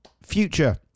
Future